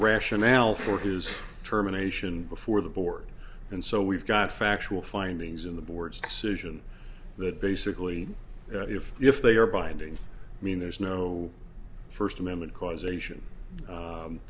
rationale for his determination before the board and so we've got factual findings in the board's decision that basically if if they are binding i mean there's no first amendment causation